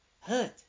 hurt